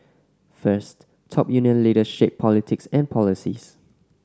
first top union leaders shape politics and policies